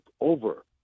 over